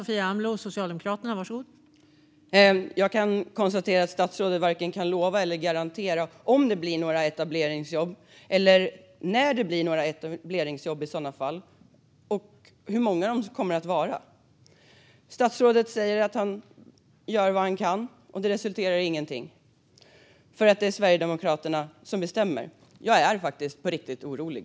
Fru talman! Jag kan konstatera att statsrådet varken kan lova eller garantera att det blir några etableringsjobb eller i sådana fall när och hur många de kommer att vara. Statsrådet säger att han gör vad han kan, vilket resulterar i ingenting, för det är Sverigedemokraterna som bestämmer. Jag är faktiskt riktigt orolig.